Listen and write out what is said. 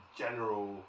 general